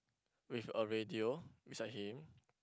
with a radio beside him